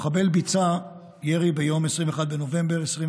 המחבל ביצע ירי ביום 21 בנובמבר 2021